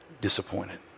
disappointed